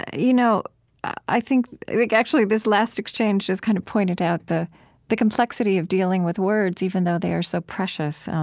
ah you know i think think actually this last exchange just kind of pointed out the the complexity of dealing with words, even though they are so precious.